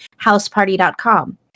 houseparty.com